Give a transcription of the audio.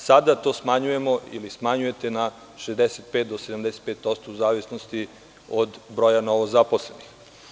Sada to smanjujete na 65 do 75%, u zavisnosti od broja novozaposlenih.